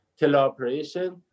teleoperation